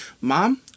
Mom